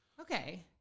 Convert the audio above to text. okay